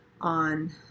on